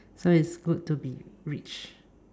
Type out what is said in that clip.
so it's good to be rich